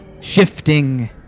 shifting